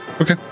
Okay